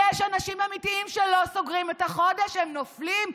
יש אנשים אמיתיים שלא סוגרים את החודש, הם נופלים.